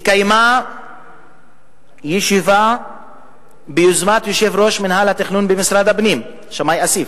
התקיימה ישיבה ביוזמת יושב-ראש מינהל התכנון במשרד הפנים שמאי אסיף,